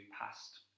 past